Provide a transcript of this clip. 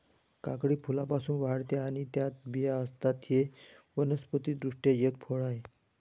काकडी फुलांपासून वाढते आणि त्यात बिया असतात, ते वनस्पति दृष्ट्या एक फळ आहे